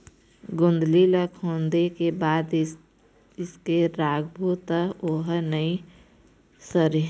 गोंदली ला खोदे के बाद कइसे राखबो त ओहर नई सरे?